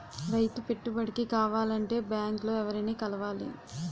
రైతు పెట్టుబడికి కావాలంటే బ్యాంక్ లో ఎవరిని కలవాలి?